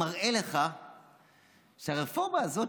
מראה לך שהרפורמה הזאת,